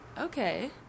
Okay